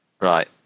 Right